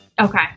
Okay